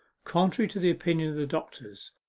contrary to the opinion of the doctors,